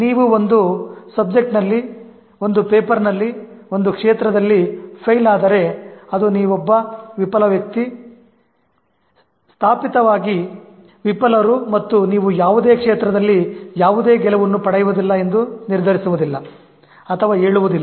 ನೀವು ಒಂದು ಸಬ್ಜೆಕ್ಟ್ ನಲ್ಲಿ ಒಂದು ಪೇಪರ್ ನಲ್ಲಿ ಒಂದು ಕ್ಷೇತ್ರದಲ್ಲಿ ಫೇಲ್ ಆದರೆ ಅದು ನೀವೊಬ್ಬ ವಿಫಲ ವ್ಯಕ್ತಿ ಸ್ಥಾಪಿತವಾಗಿ ವಿಫಲರು ಮತ್ತು ನೀವು ಯಾವುದೇ ಕ್ಷೇತ್ರದಲ್ಲಿ ಯಾವುದೇ ಗೆಲುವು ಪಡೆಯುವುದಿಲ್ಲ ಎಂದು ನಿರ್ಧರಿಸುವುದಿಲ್ಲ ಅಥವಾ ಹೇಳುವುದಿಲ್ಲ